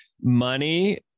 money